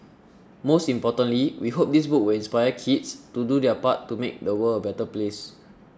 most importantly we hope this book will inspire kids to do their part to make the world a better place